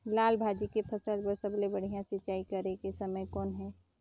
लाल भाजी के फसल बर सबले बढ़िया सिंचाई करे के समय कौन हे?